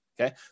Okay